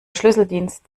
schlüsseldienst